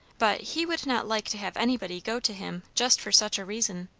but he would not like to have anybody go to him just for such a reason.